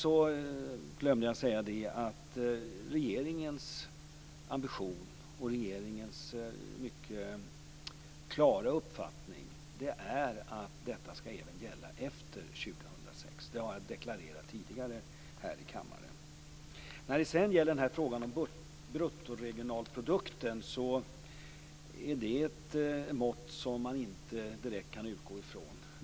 Jag glömde säga att regeringens ambition och mycket klara uppfattning är att detta även skall gälla efter 2006. Det har jag deklarerat tidigare här i kammaren. När det sedan gäller frågan om bruttoregionalprodukten vill jag säga att det är ett mått som man inte direkt kan utgå ifrån.